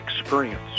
experience